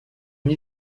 une